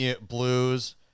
blues